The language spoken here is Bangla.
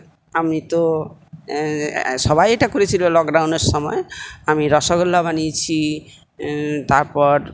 আমি তো সবাই এটা করেছিলো লকডাউনের সময় আমি রসোগোল্লা বানিয়েছি তারপর